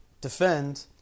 defend